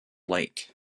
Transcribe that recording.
lake